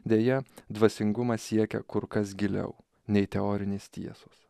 deja dvasingumas siekia kur kas giliau nei teorinės tiesos